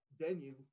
venue